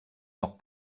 leurs